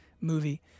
movie